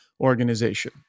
organization